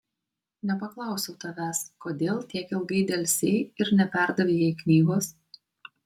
nepaklausiau tavęs kodėl tiek ilgai delsei ir neperdavei jai knygos